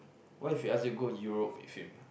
what if he ask you go Europe with him